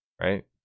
right